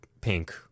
pink